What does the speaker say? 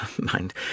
mind